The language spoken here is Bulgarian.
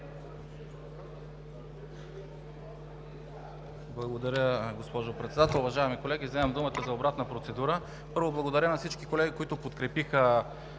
Благодаря, госпожо Председател. Уважаеми колеги, вземам думата за обратна процедура. Първо, благодаря на всички колеги, които подкрепиха